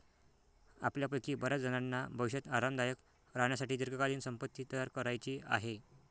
आपल्यापैकी बर्याचजणांना भविष्यात आरामदायक राहण्यासाठी दीर्घकालीन संपत्ती तयार करायची आहे